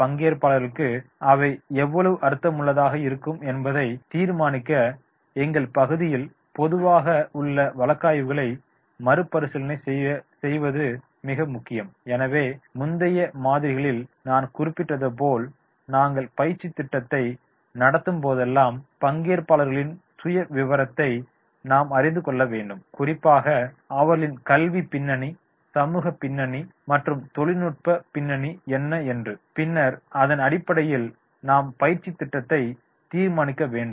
பங்கேற்பாளர்களுக்கு அவை எவ்வளவு அர்த்தமுள்ளதாக இருக்கும் என்பதை தீர்மானிக்க எங்கள் பகுதியில் பொதுவாக உள்ள வழக்காய்வுகளை மறுபரிசீலனை செய்வது மிக முக்கியம் எனவே முந்தைய மாதிரிகளில் நான் குறிப்பிட்டது போல் நாங்கள் பயிற்சித் திட்டத்தை நடத்தும்போதெல்லாம் பங்கேற்பாளர்களின் சுயவிவரத்தை நாம் அறிந்து கொள்ள வேண்டும் குறிப்பாக அவர்களின் கல்வி பின்னணி சமூக பின்னணி மற்றும் தொழில்நுட்ப பின்னணி என்ன என்று பின்னர் அதன் அடிப்படையில் நாம் பயிற்சித் திட்டத்தை தீர்மானிக்க வேண்டும்